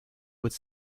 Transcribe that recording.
would